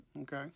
Okay